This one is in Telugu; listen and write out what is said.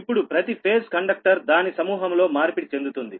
ఇప్పుడు ప్రతి ఫేజ్ కండక్టర్ దాని సమూహంలో మార్పిడి చెందుతుంది